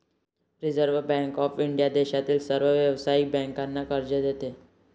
reserve Bank of India देशातील सर्व व्यावसायिक बँकांना कर्ज देते